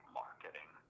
marketing